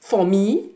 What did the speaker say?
for me